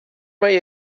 mai